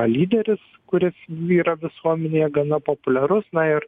lyderis kuris yra visuomenėje gana populiarus na ir